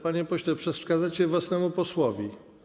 Panie pośle, przeszkadzacie własnemu posłowi.